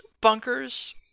bunkers